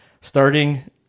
Starting